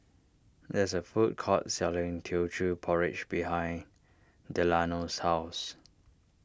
there is a food court selling Teochew Porridge behind Delano's house